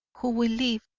who will live.